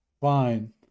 fine